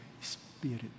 Spirit